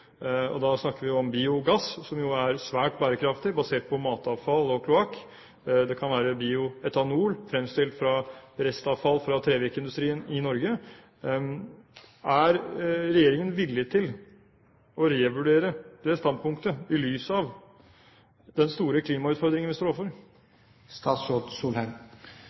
biodiesel. Da snakker vi om biogass, som er svært bærekraftig, basert på matavfall og kloakk. Det kan være bioetanol, fremstilt av restavfall fra trevirkeindustrien i Norge. Er regjeringen villig til å revurdere det standpunktet, i lys av den store klimautfordringen vi står overfor?